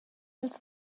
ils